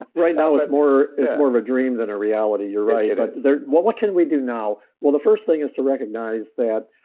right now it's more it's more of a dream than a reality. you're right. yeah ah well, what can we do now? well, the first thing is to recognize that,